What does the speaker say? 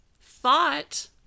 thought